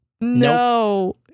No